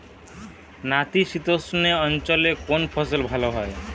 নাতিশীতোষ্ণ অঞ্চলে কোন ফসল ভালো হয়?